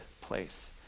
place